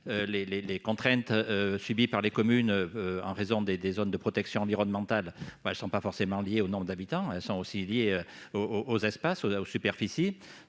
Les contraintes subies par les communes en raison des zones de protection environnementale ne sont pas forcément liées au nombre d'habitants ; elles sont également liées aux superficies.